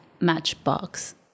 matchbox